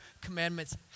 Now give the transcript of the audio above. commandments